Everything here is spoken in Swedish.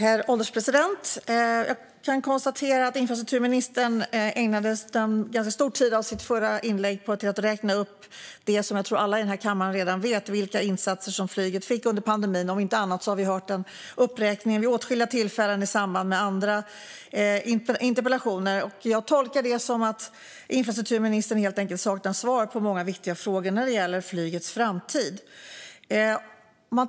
Herr ålderspresident! Jag kan konstatera att infrastrukturministern ägnade en ganska stor del av sitt förra inlägg på att räkna upp det som jag tror att alla i denna kammare redan vet, nämligen vilka insatser som flyget fick under pandemin. Om inte annat har vi hört den uppräkningen vid åtskilliga tillfällen i samband med andra interpellationer. Jag tolkar det som att infrastrukturministern helt enkelt saknar svar på många viktiga frågor när det gäller flygets framtid.